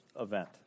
event